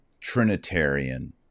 Trinitarian